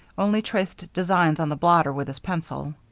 only traced designs on the blotter with his pencil.